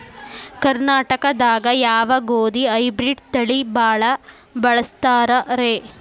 ಕರ್ನಾಟಕದಾಗ ಯಾವ ಗೋಧಿ ಹೈಬ್ರಿಡ್ ತಳಿ ಭಾಳ ಬಳಸ್ತಾರ ರೇ?